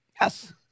Yes